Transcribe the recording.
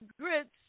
grits